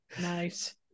Nice